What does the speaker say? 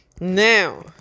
Now